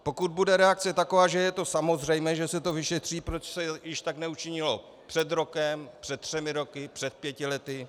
Pokud bude reakce taková, že je to samozřejmé, že se to vyšetří, proč se již tak neučinilo před rokem, před třemi roky, před pěti lety?